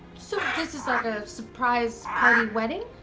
so this is like a surprise party wedding?